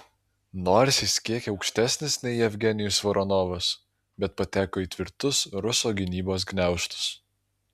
nors jis kiek aukštesnis nei jevgenijus voronovas bet pateko į tvirtus ruso gynybos gniaužtus